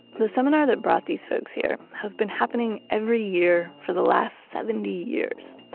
the seminar that brought these folks here has been happening every year for the last seventy years,